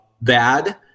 bad